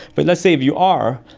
but let's say if you are,